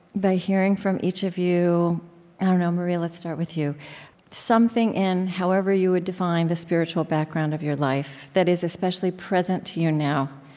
by hearing from each of you i don't know. maria, let's start with you something in however you would define the spiritual background of your life that is especially present to you now,